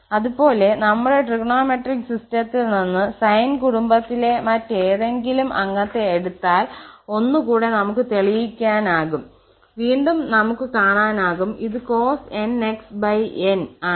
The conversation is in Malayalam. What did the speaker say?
അതുപോലെ നമ്മുടെ ട്രിഗണോമെട്രിക് സിസ്റ്റത്തിൽ നിന്ന് സൈൻ കുടുംബത്തിലെ മറ്റേതെങ്കിലും അംഗത്തെ എടുത്താൽ 1 കൂടെ നമുക്ക് തെളിയിക്കാനാകും വീണ്ടും നമുക് കാണാനാകും ഇത് cos 𝑛𝑥𝑛 ആണ്